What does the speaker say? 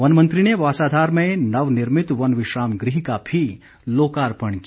one मंत्री ने बासाधार में नवनिर्मित वन विश्राम गृह का भी लोकार्पण किया